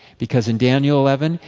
because in daniel eleven,